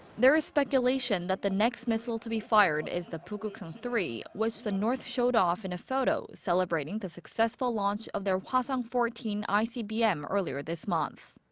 there is speculation that the next missile to be fired is the pukguksong three, which the north showed off in a photo celebrating the successful launch of their hwasong fourteen icbm earlier this month.